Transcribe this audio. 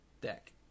Deck